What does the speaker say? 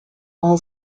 all